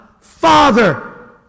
Father